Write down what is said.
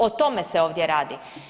O tome se ovdje radi.